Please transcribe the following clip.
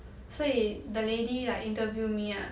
所以 the lady like interview me lah